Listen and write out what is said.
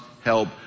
help